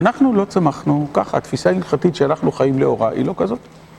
אנחנו לא צמחנו ככה, התפיסה הלכתית שאנחנו חיים לאורה היא לא כזאת.